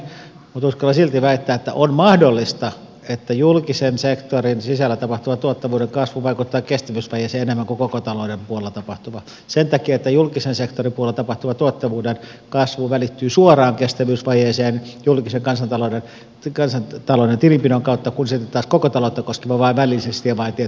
voi olla että ymmärrän väärin mutta uskallan silti väittää että on mahdollista että julkisen sektorin sisällä tapahtuva tuottavuuden kasvu vaikuttaa kestävyysvajeeseen enemmän kuin koko talouden puolella tapahtuva sen takia että julkisen sektorin puolella tapahtuva tuottavuuden kasvu välittyy suoraan kestävyysvajeeseen julkisen kansantalouden tilinpidon kautta kun sitten taas koko taloutta koskeva välittyy vain välillisesti ja vain tietyiltä osin